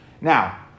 Now